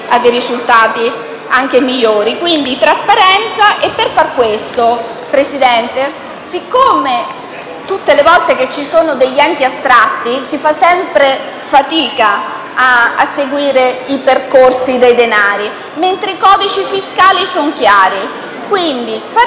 a dei risultati anche migliori. Ci vuole quindi trasparenza e per fare questo, signor Presidente, siccome tutte le volte che ci sono enti astratti si fa fatica a seguire i percorsi del denaro, mentre i codici fiscali sono chiari, se si